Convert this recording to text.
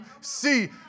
see